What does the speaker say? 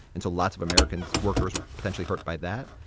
and so lots of americans workers were potentially hurt by that.